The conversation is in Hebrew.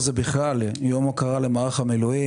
וכמובן את סגן שר הביטחון שהוביל את זה בשנה האחרונה להחלטת ממשלה.